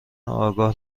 آگاه